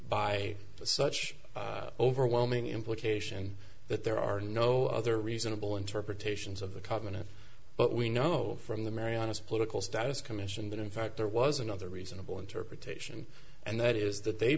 by such overwhelming implication that there are no other reasonable interpretations of the covenant but we know from the marianas political status commission that in fact there was another reasonable interpretation and that is that they